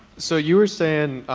so you were saying,